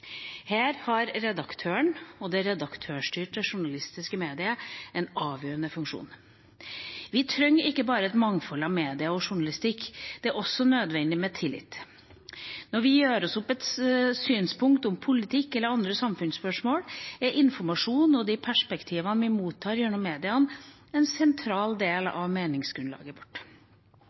Her har redaktøren og det redaktørstyrte journalistiske mediet en avgjørende funksjon. Vi trenger ikke bare et mangfold av medier og journalistikk. Det er også nødvendig med tillit. Når vi gjør oss opp en mening om politikk eller andre samfunnsspørsmål, er informasjonen og de perspektivene vi mottar gjennom mediene, en sentral del av meningsgrunnlaget vårt.